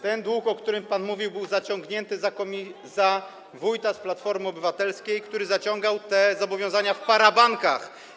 Ten dług, o którym pan mówi, był zaciągnięty za wójta z Platformy Obywatelskiej, który zaciągał te zobowiązania w parabankach.